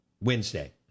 Wednesday